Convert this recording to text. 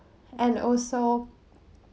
and also